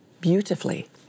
beautifully